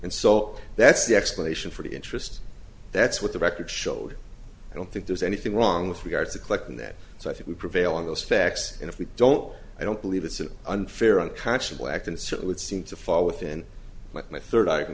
and so that's the explanation for the interest that's what the record showed i don't think there's anything wrong with regard to collecting that so i think we prevail on those facts and if we don't i don't believe it's an unfair unconscionable act and so it would seem to fall within what my third